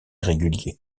régulier